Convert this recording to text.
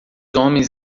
homens